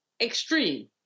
extreme